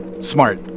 smart